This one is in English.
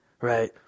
right